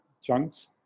chunks